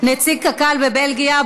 נציג קק"ל בבלגיה.